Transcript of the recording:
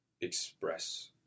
express